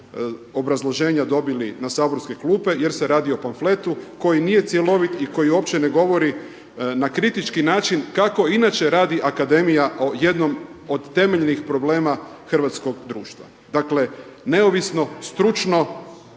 obrazloženja dobili na saborske klupe jer se radi o pamfletu koji nije cjelovit i koji uopće ne govori na kritički način kako inače radi akademija o jednom od temeljnih problema hrvatskog društva. Dakle, neovisno, stručno,